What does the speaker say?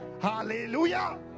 Hallelujah